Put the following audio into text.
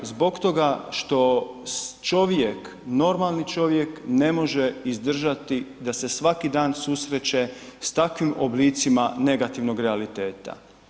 Zbog toga što čovjek normalni čovjek ne može izdržati da se svaki dan susreće s takvim oblicima negativnog realiteta.